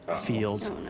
feels